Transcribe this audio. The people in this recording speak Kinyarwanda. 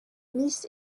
miss